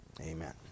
Amen